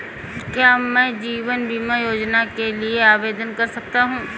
क्या मैं जीवन बीमा योजना के लिए आवेदन कर सकता हूँ?